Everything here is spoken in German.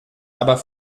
aber